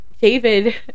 David